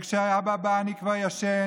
כשאבא בא אני כבר ישן.